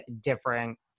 different